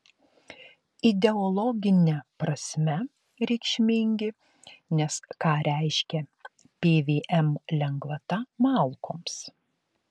ideologine prasme reikšmingi nes ką reiškia pvm lengvata malkoms